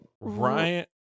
Ryan